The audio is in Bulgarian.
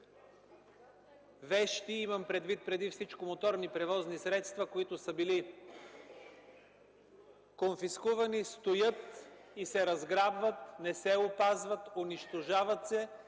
вещи - имам предвид преди всичко моторни превозни средства, които са били конфискувани, стоят и се разграбват, не се опазват, унищожават се